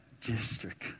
district